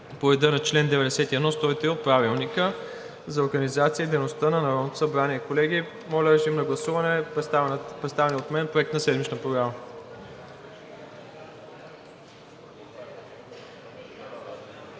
контрол по чл. 91 – 103 от Правилника за организацията и дейността на Народното събрание.“ Колеги, моля режим на гласуване за представения от мен Проект на седмична програма.